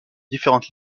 différentes